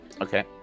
Okay